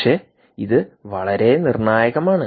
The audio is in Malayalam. പക്ഷേ ഇത് വളരെ നിർണായകമാണ്